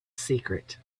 secret